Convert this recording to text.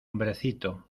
hombrecito